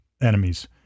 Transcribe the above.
enemies